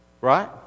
Right